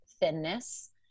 thinness